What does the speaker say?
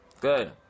Good